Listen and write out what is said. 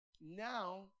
now